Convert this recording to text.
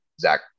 Zach